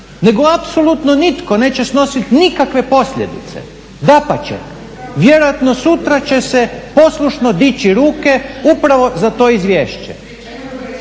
nego apsolutno nitko neće snosit nikakve posljedice. Dapače, vjerojatno sutra će se poslušno dići ruke upravo za to izvješće.